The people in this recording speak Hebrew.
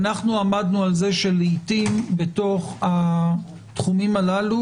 עמדנו על כך שלעיתים בתוך התחומים הללו